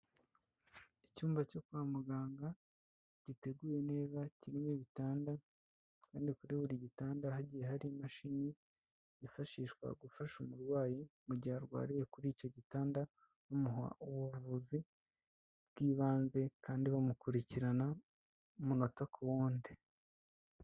Icyumba cyo kwa muganga giteguye neza, kirimo ibitanda kandi kuri buri gitanda hagiye hari imashini yifashishwa gufasha umurwayi mu gihe arwariye kuri icyo gitanda, bamuha ubuvuzi bw'ibanze kandi bamukurikirana umunota ku wundi.